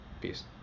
Peace